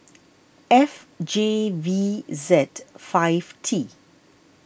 F J V Z five T